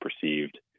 perceived